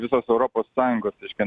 visos europos sąjungos reiškia